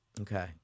Okay